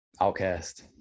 Outcast